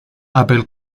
apple